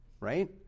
Right